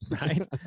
right